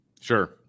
Sure